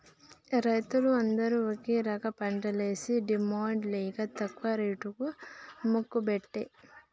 రైతులు అందరు ఒక రకంపంటలేషి డిమాండ్ లేక తక్కువ రేటుకు అమ్ముకోబట్టే